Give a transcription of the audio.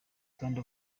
kandi